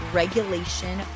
regulation